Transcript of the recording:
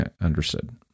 understood